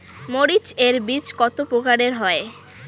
মরিচ এর বীজ কতো প্রকারের হয়?